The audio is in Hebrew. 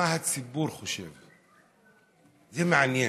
מה הציבור חושב עלינו, זה מעניין.